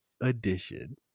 edition